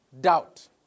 Doubt